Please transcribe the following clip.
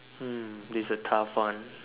mm this a tough one